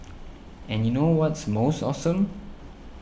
and you know what's most awesome